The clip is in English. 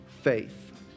faith